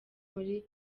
muri